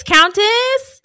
Countess